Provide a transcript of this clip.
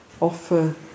offer